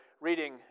reading